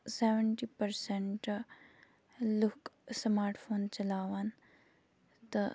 seventy percent لُکھ smart phone چَلاوان تہٕ